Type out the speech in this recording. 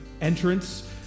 entrance